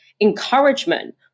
encouragement